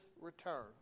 return